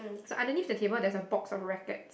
so underneath the table there's a box of rackets